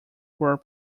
were